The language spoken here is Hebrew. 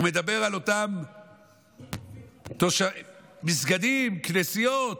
הוא מדבר על אותם מסגדים, כנסיות,